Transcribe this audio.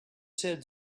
said